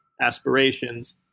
aspirations